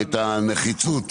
את הנחיצות